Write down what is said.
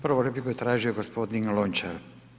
Prvu repliku je tražio gospodin Lončar.